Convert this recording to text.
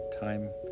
time